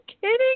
kidding